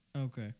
Okay